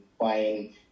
buying